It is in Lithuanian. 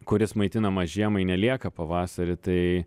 kuris maitinamas žiemai nelieka pavasarį tai